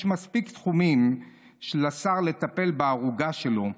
יש מספיק תחומים לשר לטפל בערוגה שלו.